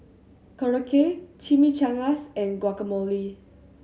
Korokke Chimichangas and Guacamole